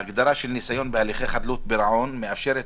ההגדרה של ניסיון בהליכי חדלות פירעון מאפשרת